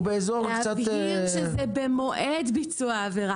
נבהיר שזה במועד ביצוע העבירה.